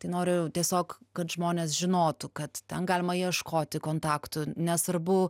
tai noriu tiesiog kad žmonės žinotų kad ten galima ieškoti kontaktų nesvarbu